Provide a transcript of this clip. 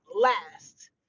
last